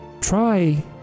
try